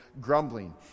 grumbling